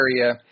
area